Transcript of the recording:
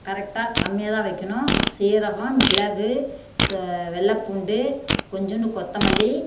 கரெக்டாக கம்மியாக தான் வைக்கணும் சீரகம் மிளகு சு வெள்ளைப்பூண்டு கொஞ்சூண்டு கொத்தமல்லி